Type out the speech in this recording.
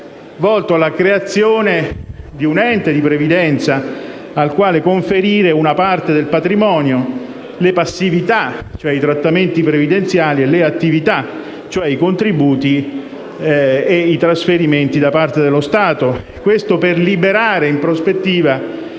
volto alla creazione di un ente di previdenza cui conferire una parte del patrimonio: le passività, cioè i trattamenti previdenziali, e le attività, cioè i contributi e i trasferimenti da parte dello Stato. Questo per liberare in prospettiva